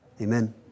amen